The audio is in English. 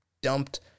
dumped